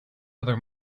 other